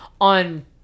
on